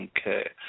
Okay